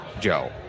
Joe